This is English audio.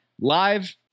Live